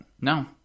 no